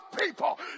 people